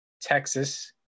Texas